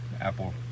Apple